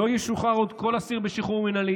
לא ישוחרר עוד כל אסיר שחרור מינהלי".